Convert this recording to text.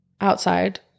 outside